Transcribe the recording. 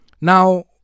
Now